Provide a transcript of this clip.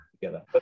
together